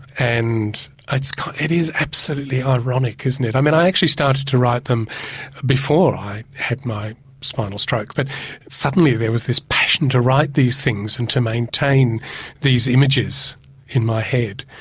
and it is absolutely ironic, isn't it, i mean i actually started to write them before i had my spinal stroke. but suddenly there was this passion to write these things and to maintain these images in my head.